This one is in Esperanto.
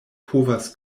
povas